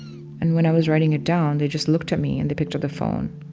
and when i was writing it down, they just looked at me, and they picked up the phone.